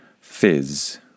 fizz